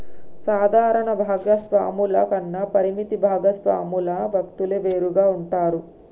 సాధారణ భాగస్వామ్యాల కన్నా పరిమిత భాగస్వామ్యాల వ్యక్తులు వేరుగా ఉంటారు